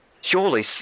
Surely